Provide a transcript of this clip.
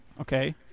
Okay